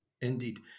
Indeed